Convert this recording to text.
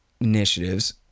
initiatives